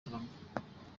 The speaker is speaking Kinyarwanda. atanga